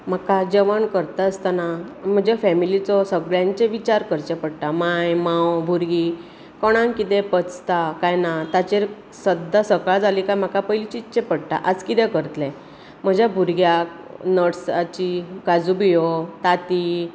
म्हाका जेवण करता आसतना म्हजे फॅमिलीचो सगळ्यांचे विचार करचे पडटा मांय मांव भुरगीं कोणाक कितें पचतां कांय ना ताचेर सद्दां सकाळ जाली काय म्हाका पयलीं चिंतचें पडटा आज कितें करतलें म्हज्या भुरग्याक नट्सांची काजुबीयो तातीं